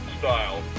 style